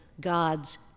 god's